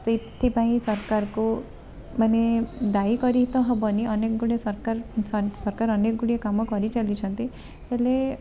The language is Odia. ସେଥିପାଇଁ ସରକାରକୁ ମାନେ ଦାୟୀ କରି ତ ହେବନି ଅନେକ ଗୁଡ଼ିଏ ସରକାର ସରକାର ଅନେକ ଗୁଡ଼ିଏ କାମ କରିଚାଲିଛନ୍ତି ହେଲେ